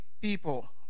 people